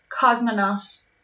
cosmonaut